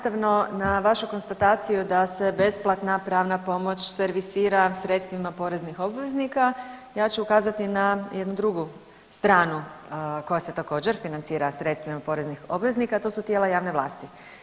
Nastavno na vašu konstataciju da se besplatna pravna pomoć servisira sredstvima poreznih obveznika, ja ću ukazati na jednu drugu stranu koja se također financira sredstvima poreznih obveznika, to su tijela javne vlasti.